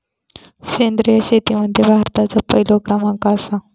सेंद्रिय शेतीमध्ये भारताचो पहिलो क्रमांक आसा